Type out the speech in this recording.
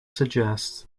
suggests